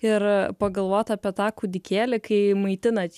ir pagalvot apie tą kūdikėlį kai maitinat